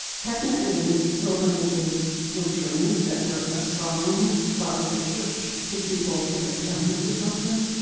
technically, pilgrimages were journeys that were assigned by the church to people to atone for something,